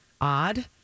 odd